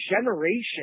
generation